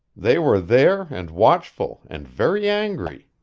they were there, and watchful, and very angry.